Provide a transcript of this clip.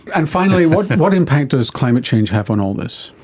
and finally, what what impact does climate change have on all this?